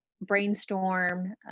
brainstorm